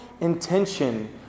intention